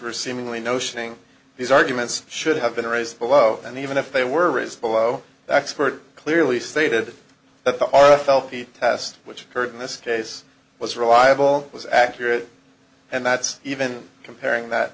honor seemingly noshing these arguments should have been raised below and even if they were raised below the expert clearly stated that the r f l p test which occurred in this case was reliable was accurate and that's even comparing that